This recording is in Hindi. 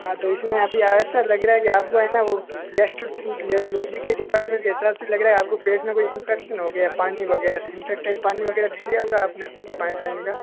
हाँ तो इस में अभी ऐसा लग रहा है कि आप को है ना वो के डिपार्टमेंट से लग रहा है आप को प्लेट में कोई इंफेक्शन हो गया पानी वग़ैरह से इनफेक्टेड पानी वगैरा पी लिया होगा आप ने पाइपलाइन का